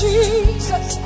Jesus